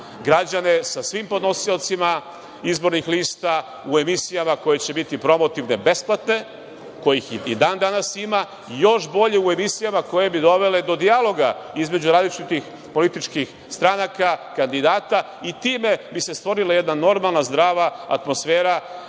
građane sa svim podnosiocima izbornih lista u emisijama koje će biti promotivne, besplatne, kojih još i dan danas ima, još bolje u emisijama koje bi dovele do dijaloga između različitih političkih stranaka, kandidata i time bi se stvorila jedna normalna, zdrava atmosfera,